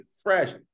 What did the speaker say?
Fresh